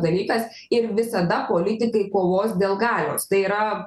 dalykas ir visada politikai kovos dėl galios tai yra